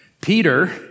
Peter